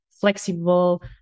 flexible